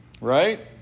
Right